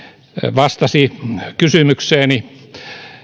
vastasi kysymykseeni